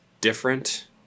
different